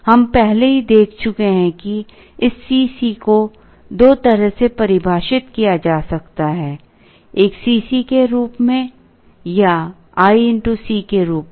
हम पहले ही देख चुके हैं कि इस C c को दो तरह से परिभाषित किया जा सकता है एक Cc के रूप में या i x C के रूप में